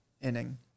inning